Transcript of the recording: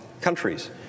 countries